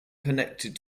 connected